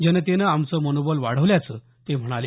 जनतेनं आमचं मनोबल वाढवल्याचं ते म्हणाले